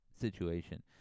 situation